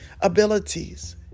abilities